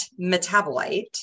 metabolite